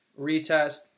retest